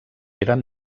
eren